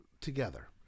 together